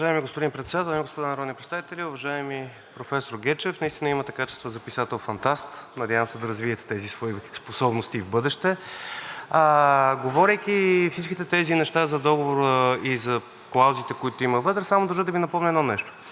Уважаеми господин Председател, уважаеми дами и господа народни представители! Уважаеми професор Гечев, наистина имате качества за писател фантаст, надявам се да развиете тези свои способности и в бъдеще. Говорейки всички тези неща за Договора и за клаузите, които има вътре, само държа да Ви напомня едно нещо.